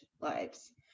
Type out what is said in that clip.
lives